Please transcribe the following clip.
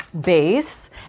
base